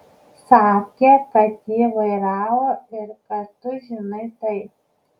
sakė kad jį vairavo ir kad tu žinai tai